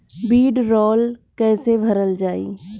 वीडरौल कैसे भरल जाइ?